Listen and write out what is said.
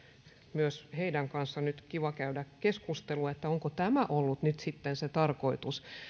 myös heidän kanssaan nyt kiva käydä keskustelua onko tämä nyt ollut se tarkoitus